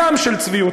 ים של צביעות.